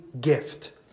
gift